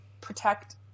protect